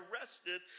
arrested